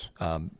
yes